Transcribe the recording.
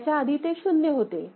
याच्या आधी ते शून्य होते